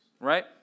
right